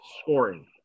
scoring